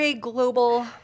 global